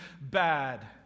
bad